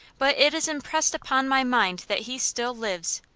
but it is impressed upon my mind that he still lives,